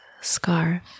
scarf